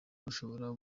rushobora